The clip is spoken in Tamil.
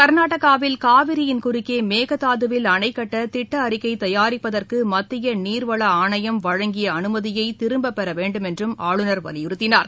கர்நாடகாவில் காவிரியின் குறுக்கே மேகதாதுவில் அணை கட்ட திட்ட அறிக்கை தயாரிப்பதற்கு மத்திய நீர்வள ஆணையம் வழங்கிய அனுமதியை திரும்பப்பெற வேண்டும் என்றும் ஆளுநர் வலியுறுத்தினார்